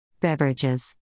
Beverages